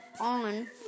on